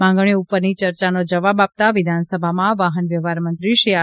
માંગણી ઓ ઉપરની ચર્ચાનો જવાબ આપતાં વિધાનસભામાં વાહન વ્યવહાર મંત્રી શ્રી આર